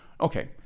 okay